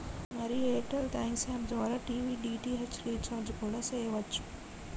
మరి Airtel thanks app ద్వారా TV DTH recharge కూడా సెయ్యవచ్చు